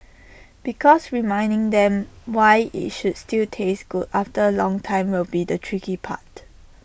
because reminding them why IT should still taste good after A long time will be the tricky part